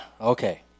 Okay